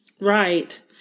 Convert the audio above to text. right